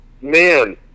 Man